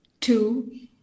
two